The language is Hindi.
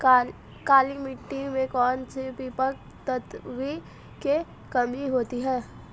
काली मिट्टी में कौनसे पोषक तत्वों की कमी होती है?